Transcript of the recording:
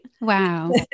Wow